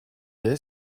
est